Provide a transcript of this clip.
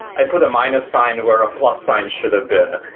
i put a minus sign where a plus sign should have been,